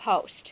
post